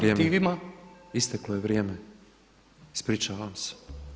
Isteklo je vrijeme, ispričavam se.